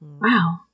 Wow